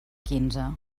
quinze